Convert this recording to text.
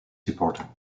supporter